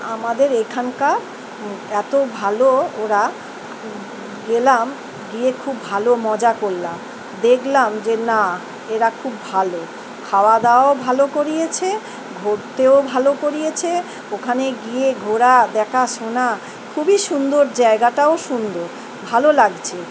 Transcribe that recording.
আমাদের এখানকার এত ভালো ওরা গেলাম গিয়ে খুব ভালো মজা করলাম দেখলাম যে না এরা খুব ভালো খাওয়া দাওয়াও ভালো করিয়েছে ঘুরতেও ভালো করিয়েছে ওখানে গিয়ে ঘোরা দেখা শোনা খুবই সুন্দর জায়গাটাও সুন্দর ভালো লাগছে